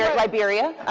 ah liberia